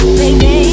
baby